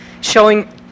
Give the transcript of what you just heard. showing